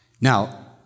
Now